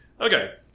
Okay